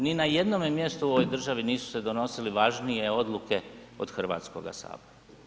Ni na jednome mjestu u ovoj državi nisu se donosile važnije odluke od Hrvatskoga sabora.